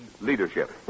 leadership